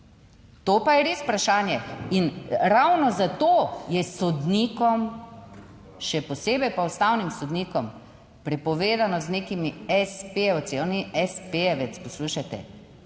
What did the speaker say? To pa je res vprašanje. In ravno zato je sodnikom, še posebej pa ustavnim sodnikom, prepovedano z nekimi espejevci, on ni espejevec, poslušajte.